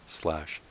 slash